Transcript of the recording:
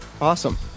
Awesome